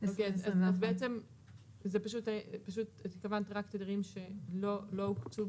בעצם את התכוונת רק תדרים שלא הוקצו